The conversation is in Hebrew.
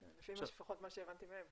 לפחות לפי מה שהבנתי מהם.